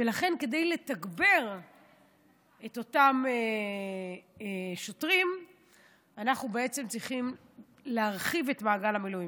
ולכן כדי לתגבר את אותם שוטרים אנחנו צריכים להרחיב את מעגל המילואים.